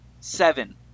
Seven